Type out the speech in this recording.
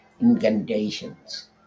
incantations